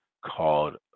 called